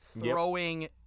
throwing